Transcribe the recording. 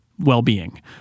well-being